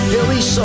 Billy